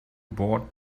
bought